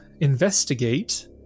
investigate